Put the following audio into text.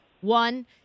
one